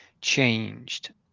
changed